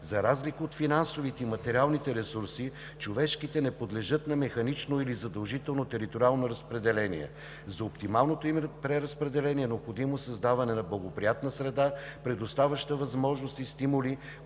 За разлика от финансовите и материалните ресурси човешките не подлежат на механично или задължително териториално разпределение. За оптималното им преразпределение е необходимо създаване на благоприятна среда, предоставяща възможности и стимули,